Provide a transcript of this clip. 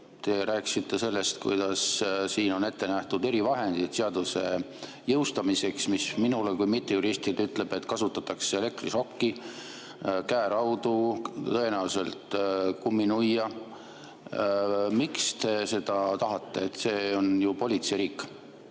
Te rääkisite sellest, kuidas siin on ette nähtud erivahendeid seaduse jõustamiseks, mis minule kui mittejuristile ütleb, et kasutatakse elektrišokki, käeraudu, tõenäoliselt kumminuia. Miks te seda tahate? See on ju politseiriik.